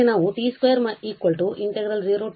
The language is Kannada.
ಇಲ್ಲಿ ನಾವು t 2 0t e txτdτ